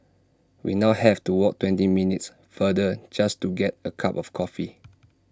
we now have to walk twenty minutes farther just to get A cup of coffee